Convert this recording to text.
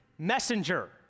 messenger